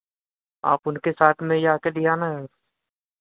आप उनके साथ में ही जाके ले आना